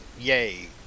Yay